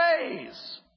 ways